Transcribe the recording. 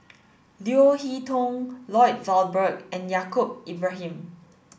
Leo Hee Tong Lloyd Valberg and Yaacob Ibrahim